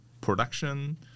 production